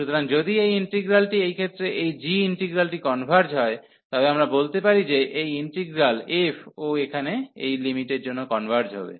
সুতরাং যদি এই ইন্টিগ্রালটি এই ক্ষেত্রে এই g ইন্টিগ্রালটি কনভার্জ হয় তবে আমরা বলতে পারি যে এই ইন্টিগ্রাল f ও এখানে এই লিমিটের জন্য কনভার্জ হবে